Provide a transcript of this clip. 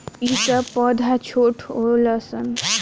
ई सब पौधा छोट होलन सन